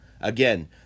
Again